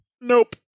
Nope